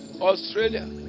Australia